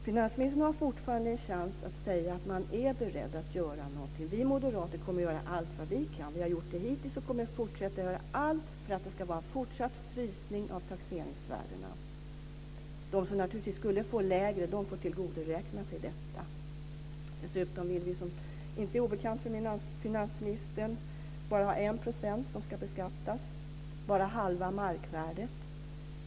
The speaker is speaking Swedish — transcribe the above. Finansminisstern har fortfarande en chans att säga att man är beredd att göra någonting. Vi moderater kommer att göra allt vad vi kan. Vi har gjort det hittills och kommer att fortsätta att göra allt för att det ska bli en fortsatt frysning av taxeringsvärdena. De som vi tycker borde få lägre sådana skulle få tillgodoräkna sig detta. Vi vill dessutom, vilket inte är obekant för finansministern, ha bara 1 % skatt och vill utgå från halva markvärdet.